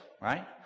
right